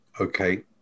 Okay